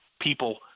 people